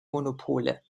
monopole